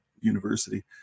university